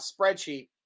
spreadsheet